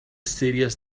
serious